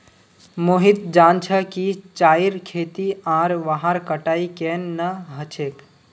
मोहित जान छ कि चाईर खेती आर वहार कटाई केन न ह छेक